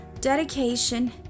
dedication